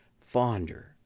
fonder